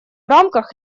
рамках